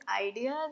ideas